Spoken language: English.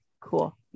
Cool